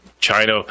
China